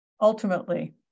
Ultimately